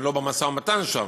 אני לא במשא-ומתן שם,